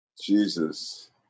Jesus